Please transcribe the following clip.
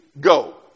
go